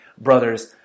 brothers